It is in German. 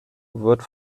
wird